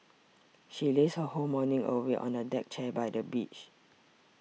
she lazed her whole morning away on a deck chair by the beach